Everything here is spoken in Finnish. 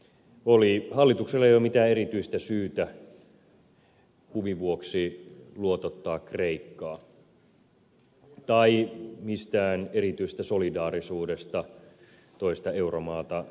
hallituksella ei ole mitään erityistä syytä huvin vuoksi luotottaa kreikkaa tai mistään erityisestä solidaarisuudesta toista euromaata kohtaan